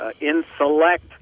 in-select